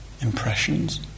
impressions